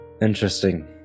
Interesting